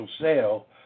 sale